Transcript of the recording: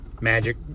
magic